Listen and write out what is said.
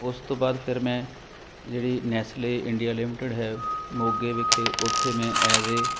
ਉਸ ਤੋਂ ਬਾਅਦ ਫਿਰ ਮੈਂ ਜਿਹੜੀ ਨੈਸਲੇ ਇੰਡੀਆ ਲਿਮਿਟਡ ਹੈ ਮੋਗੇ ਵਿਖੇ ਉਥੇ ਮੈਂ ਐਜ਼ ਏ